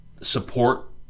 support